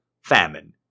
famine